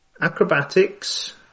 acrobatics